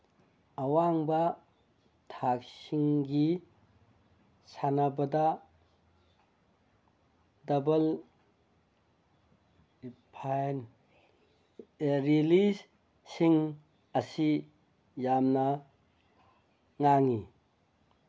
ꯑꯋꯥꯡꯕ ꯊꯥꯛꯁꯤꯡꯒꯤ ꯁꯥꯟꯅꯕꯗ ꯗꯕꯜ ꯔꯤꯂꯤꯁꯁꯤꯡ ꯑꯁꯤ ꯌꯥꯝꯅ ꯉꯥꯡꯉꯤ